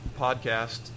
podcast